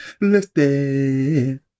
Lifted